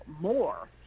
more